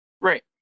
Right